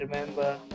remember